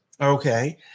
Okay